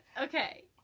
Okay